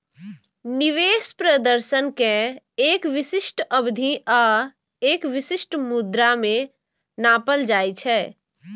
निवेश प्रदर्शन कें एक विशिष्ट अवधि आ एक विशिष्ट मुद्रा मे नापल जाइ छै